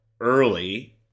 early